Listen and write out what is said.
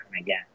again